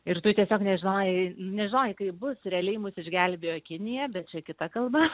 ir tu tiesiog nežinojai nežinojai kaip bus realiai mus išgelbėjo kinija bet čia kita kalba